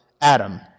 Adam